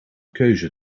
keuze